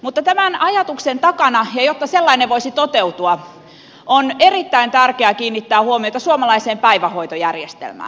mutta tämän ajatuksen takana ja jotta sellainen voisi toteutua on erittäin tärkeää kiinnittää huomiota suomalaiseen päivähoitojärjestelmään